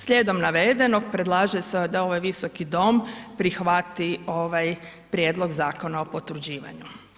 Slijedom navedenog, predlaže se da ovaj Visoki dom prihvati ovaj prijedlog zakona o potvrđivanju.